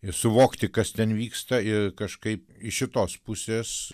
ir suvokti kas ten vyksta ir kažkaip iš šitos pusės